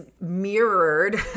mirrored